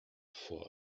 for